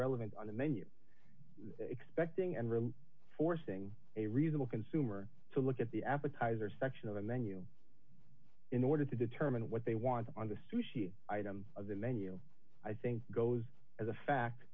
relevant on the menu expecting and really forcing a reasonable consumer to look at the appetizer section of and then you in order to determine what they want on the street item of the menu i think goes as a fact